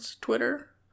Twitter